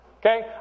Okay